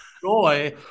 joy